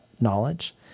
knowledge